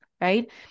right